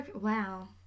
Wow